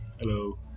hello